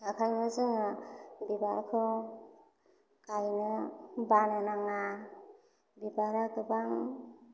बेनिखायनो जोङो बिबारखौ गायनो बानो नाङा बिबारा गोबां